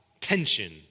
tension